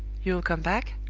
you'll come back?